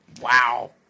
Wow